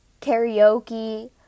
karaoke